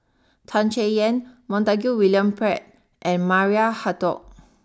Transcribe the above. Tan Chay Yan Montague William Pett and Maria Hertogh